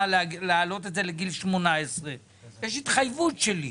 להעלות את זה לגיל 18. יש התחייבות שלי.